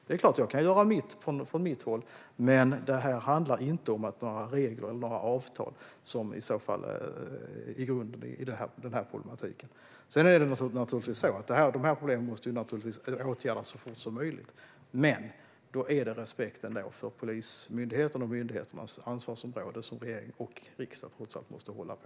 Det är klart att jag kan göra mitt från mitt håll, men detta handlar inte om att det är några regler eller avtal som är grunden i problematiken. Sedan är det naturligtvis så att problemen måste åtgärdas så fort som möjligt, men då handlar det om den respekt för Polismyndigheten och myndigheternas ansvarsområde som regering och riksdag trots allt måste hålla på.